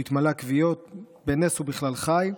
הוא התמלא כוויות ובנס הוא בכלל חי,